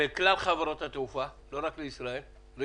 וכלל חברות התעופה, לא ישראייר?